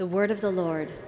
the word of the lord